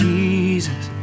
Jesus